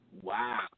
Wow